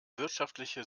wirtschaftliche